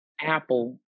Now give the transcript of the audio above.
Apple